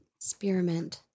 Experiment